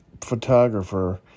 photographer